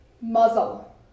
muzzle